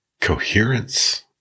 coherence